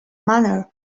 manner